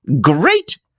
Great